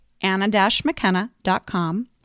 Anna-McKenna.com